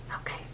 Okay